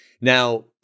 Now